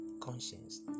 conscience